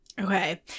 Okay